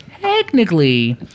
technically